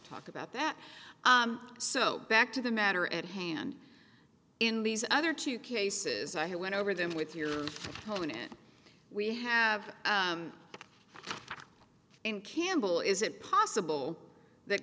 talk about that so back to the matter at hand in these other two cases i have went over them with your own and we have and campbell is it possible that